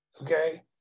Okay